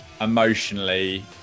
emotionally